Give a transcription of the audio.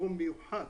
במקום מיוחד.